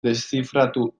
deszifratu